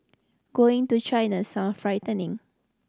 going to China sound frightening